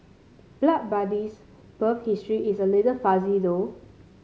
Blood Buddy's birth history is a little fuzzy though